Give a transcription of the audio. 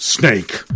Snake